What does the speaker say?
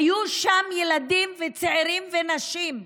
היו שם ילדים וצעירים ונשים.